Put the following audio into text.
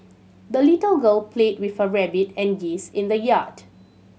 the little girl played with her rabbit and geese in the yard